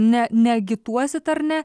ne neagituosit ar ne